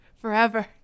forever